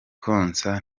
konsa